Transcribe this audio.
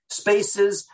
spaces